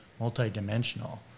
multidimensional